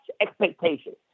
expectations